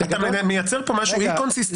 אתה מייצר פה משהו לא קונסיסטנטי.